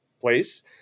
place